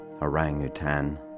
orangutan